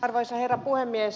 arvoisa herra puhemies